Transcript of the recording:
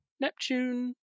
Neptune